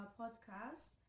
podcast